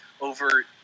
over